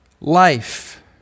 life